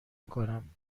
میکنم